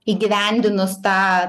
įgyvendinus tą